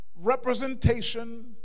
representation